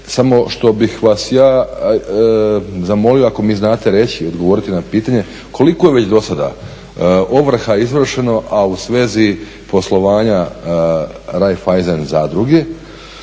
samo što bih vas ja zamolio ako mi znate reći i odgovoriti na pitanje koliko je već dosada ovrha izvršeno a u svezi poslovanja raiffeisen zadruge?